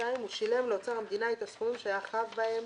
(2)הוא שילם לאוצר המדינה את הסכומים שהיה חב בהם